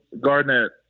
Garnett